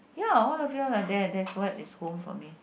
ya all of you all right there that's what is home for me